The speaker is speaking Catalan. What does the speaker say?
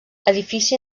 edifici